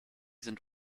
sind